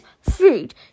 food